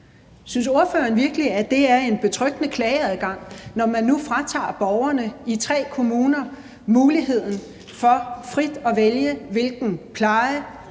Synes ordføreren virkelig, at det er en betryggende klageadgang, når man nu fratager borgerne i tre kommuner muligheden for frit at vælge, hvilken pleje,